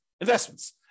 investments